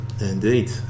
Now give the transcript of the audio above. indeed